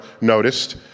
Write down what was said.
noticed